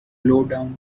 lowdown